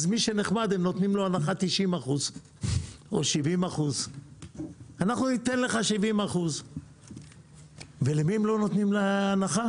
אז למי שנחמד הם נותנים הנחה של 90% או 70%. אנחנו ניתן לך 70%. ולמי הם לא נותנים הנחה?